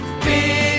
Big